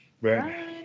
Right